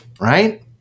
right